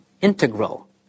integral